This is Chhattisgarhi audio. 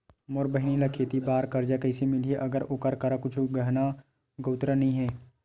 मोर बहिनी ला खेती बार कर्जा कइसे मिलहि, अगर ओकर करा कुछु गहना गउतरा नइ हे?